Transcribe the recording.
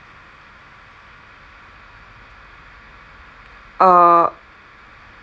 uh